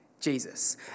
Jesus